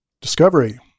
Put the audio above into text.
Discovery